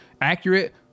accurate